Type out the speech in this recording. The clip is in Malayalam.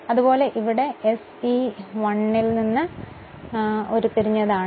അതുപോലെ ഇവിടെ ഞങ്ങൾ അത് SE1 ൽ നിന്ന് ഉരുത്തിരിഞ്ഞതാണ്